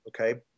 okay